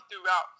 throughout